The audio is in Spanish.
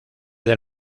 del